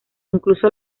incluso